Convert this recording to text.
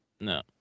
No